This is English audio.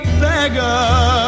beggar